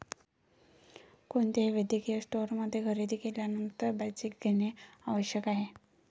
कोणत्याही वैद्यकीय स्टोअरमध्ये खरेदी केल्यानंतर बीजक घेणे आवश्यक आहे